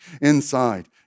inside